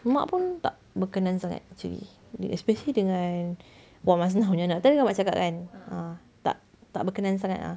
mak pun tak berkenan sangat actually especially dengan wak masnahnya anak tadi kan mak cakap kan a'ah tak berkenan sangat ah